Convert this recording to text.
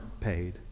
paid